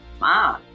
mom